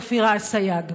אופירה אסייג.